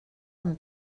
amb